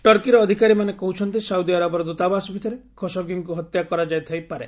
ଟର୍କିର ଅଧିକାରୀମାନେ କହୁଛନ୍ତି ସାଉଦିଆରବର ଦୂତାବାସ ଭିତରେ ଖସୋଗିଙ୍କୁ ହତ୍ୟା କରାଯାଇଥାଇ ପାରେ